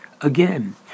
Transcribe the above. Again